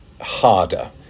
harder